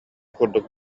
курдук